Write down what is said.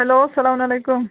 hello اسلامُ علیکُم